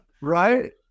Right